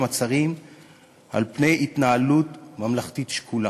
הצרים על-פני התנהלות ממלכתית שקולה.